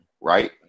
right